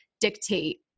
dictate